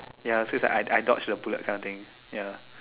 ya feels like I I dodged the bullet kind of thing